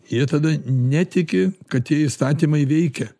jie tada netiki kad tie įstatymai veikia